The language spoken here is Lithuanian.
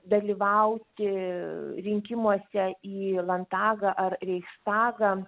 dalyvauti rinkimuose į landtagą ar reichstagą